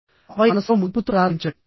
ఆపై మనస్సులో ముగింపుతో ప్రారంభించండి